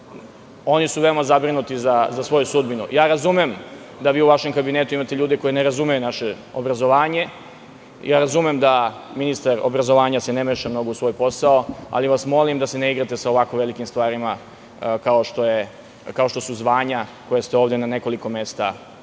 oni su veoma zabrinuti za svoju sudbinu. Razumem da vi u vašem kabinetu imate ljude koji ne razumeju naše obrazovanje. Razumem da se ministar obrazovanja ne meša mnogo u svoj posao, ali vas molim da se ne igrate sa ovako velikim stvarima, kao što su zvanja koja ste ovde na nekoliko mesta pomenuli.